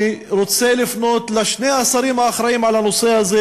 אני רוצה לפנות לשני השרים האחראים לנושא הזה